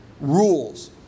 rules